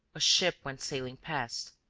a ship went sailing past.